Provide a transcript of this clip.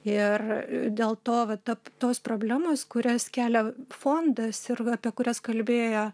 ir dėl to v tap tos problemos kurias kelia fondas ir va apie kurias kalbėjo